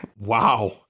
Wow